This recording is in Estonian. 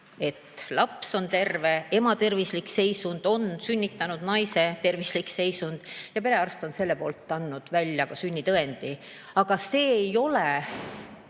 et laps on terve ja ema tervislik seisund on sünnitanud naise tervislik seisund, ning perearst on selle kohta andnud välja ka sünnitõendi. Aga see ei ole